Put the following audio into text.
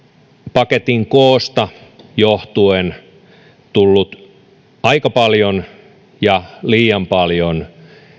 paketin koosta johtuen tullut aika paljon liian paljon